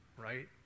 right